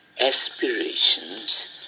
aspirations